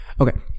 Okay